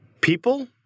people